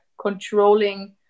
controlling